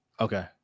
Okay